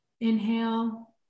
Inhale